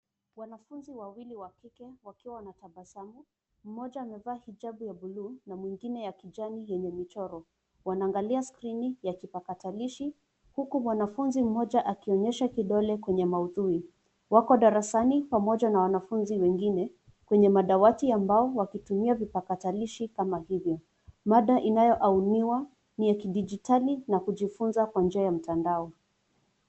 Wanafunzi wawili wa kike wakiwa wanatabasamu. Mmoja amevaa hijabu ya bluu na mwingine ya kijani yenye imechorwa. Wanaangalia skrini ya kipakatalishi huku mwanafunzi mmoja akionyesha kidole kwenye maudhui. Wako darasani pamoja na wanafunzi wengine, kwenye madawati ya mbao wakitumia vipakatalishi kama hivi. Mada inayoauniwa ni ya kidijitali na kujifiunza kwa njia ya mtandao.